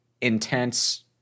intense